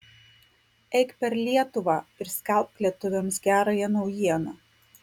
eik per lietuvą ir skelbk lietuviams gerąją naujieną